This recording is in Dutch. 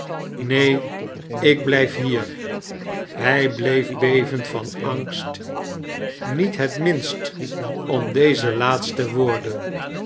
neen ik blijf hier hij bleef bevenid van angst niet het mimist om deze laatste woorden